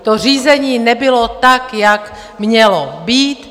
To řízení nebylo tak, jak mělo být.